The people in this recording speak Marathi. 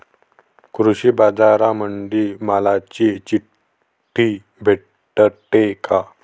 कृषीबाजारामंदी मालाची चिट्ठी भेटते काय?